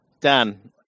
Dan